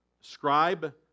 Scribe